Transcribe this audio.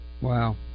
Wow